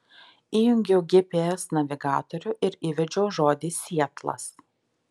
įjungiau gps navigatorių ir įvedžiau žodį sietlas